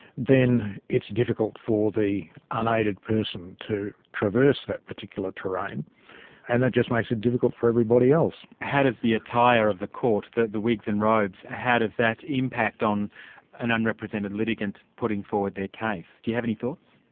then it's difficult for the unaided person to traverse that particular terrain and that just makes it difficult for everybody else. how does the attire of the court, the wigs and robes, how does that impact on an unrepresented litigant putting forward their case? do you have any thoughts?